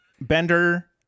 Bender